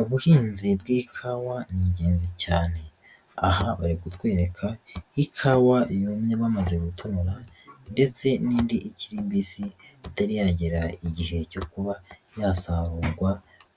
Ubuhinzi bw'ikawa ni ingenzi cyane, aha bari kutwereka, ikawa yumye bamaze gutonora ndetse n'indi ikiri mbisi, itari yagera igihe cyo kuba yasarurwa